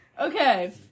Okay